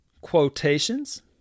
quotations